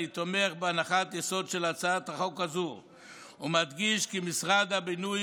אני תומך בהנחת היסוד של הצעת החוק הזו ומדגיש כי משרד הבינוי